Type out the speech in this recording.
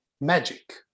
magic